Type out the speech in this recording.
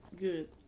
Good